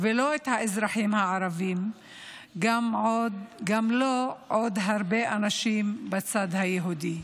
ולא את האזרחים הערבים וגם לא עוד הרבה אנשים בצד היהודי.